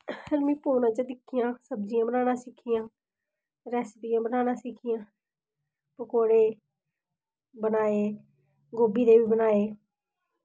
में फोनै च दिक्खेआ सब्जियां बनाना सिक्खियां रेसिपी बनाना सिक्खियां पकौड़े बनाये गोभी दे बी बनाये